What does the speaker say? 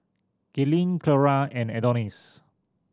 Gaylene Cleora and Adonis